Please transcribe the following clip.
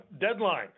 Deadline